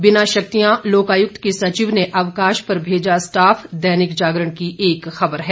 बिना शक्तियां लोकायुक्त की सचिव ने अवकाश पर भेजा स्टाफ दैनिक जागरण की एक खबर है